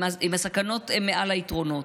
אם הסכנות הן מעל היתרונות.